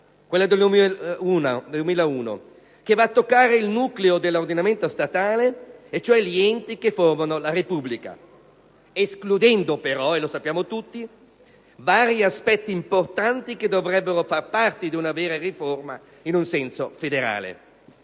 riforma del 2001 va a toccare il nucleo dell'ordinamento statale e cioè gli enti che formano la Repubblica, escludendo però - e lo sappiamo tutti - vari aspetti importanti che dovrebbero far parte di una vera riforma in senso federale.